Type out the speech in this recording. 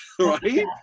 right